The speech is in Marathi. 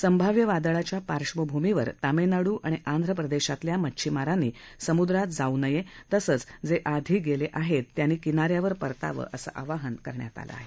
संभाव्य वादळाच्या पार्बभूमीवर तमीळनाडू आणि आंध्र प्रदेशातल्या मच्छीमारांनी समुद्रात जाऊ नये तसंच जे याआधी गेले आहेत त्यांनी किनाऱ्यावर परतावं असं आवाहन करण्यात आलं आहे